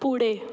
पुढे